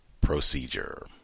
procedure